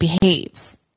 behaves